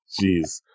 Jeez